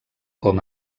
com